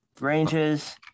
Ranges